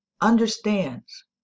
understands